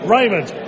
Raymond